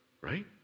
right